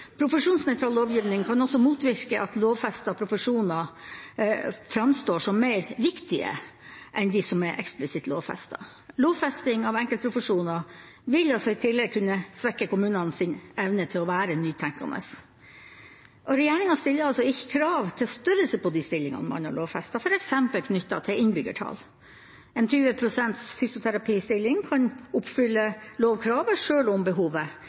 profesjonsnøytral lovgivning kan også motvirke at lovfestede profesjoner framstår som viktigere enn de som er eksplisitt lovfestet. Lovfesting av enkeltprofesjoner vil i tillegg kunne svekke kommunenes evne til å være nytenkende. Regjeringa stiller ikke krav til størrelsen på de stillingene man har lovfestet, f.eks. knyttet til innbyggertall. En 20 pst. fysioterapistilling kan oppfylle lovkravet, selv om behovet